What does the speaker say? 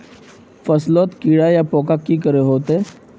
फसलोत पोका या कीड़ा की करे होचे?